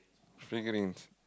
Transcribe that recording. triggering's